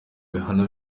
bihano